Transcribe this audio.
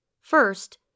First